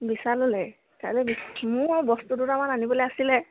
বিশাললৈ মোৰ বস্তু দুটামান আনিবলৈ আছিলে